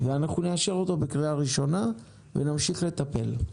נאשר אותו בקריאה ראשונה ונמשיך לטפל.